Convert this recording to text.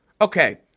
Okay